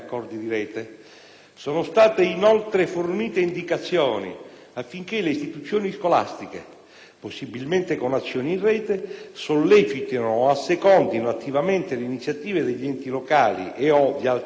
Sono state inoltre fornite indicazioni affinché le istituzioni scolastiche, possibilmente con azioni in rete, sollecitino o assecondino attivamente le iniziative degli enti locali e/o di altri soggetti